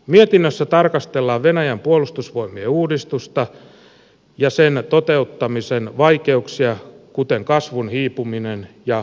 mietinnössä tarkastellaan venäjän puolustusvoimien uudistusta ja sen toteuttamisen vaikeuksia kuten kasvun hiipumista ja korruptiota